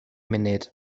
munud